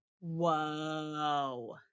Whoa